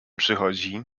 przychodzi